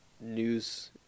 news